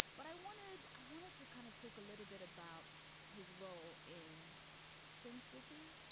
but i wanted. i wanted to kind of talk a little bit about his role in sin city.